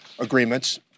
agreements